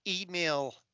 email